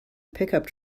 pickup